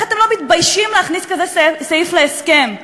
איך אתם לא מתביישים להכניס כזה סעיף להסכם?